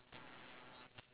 ya got three